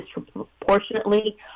disproportionately